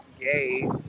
gay